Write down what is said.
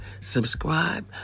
subscribe